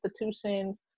institutions